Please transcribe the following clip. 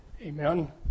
Amen